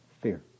fear